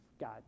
God